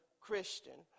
Christian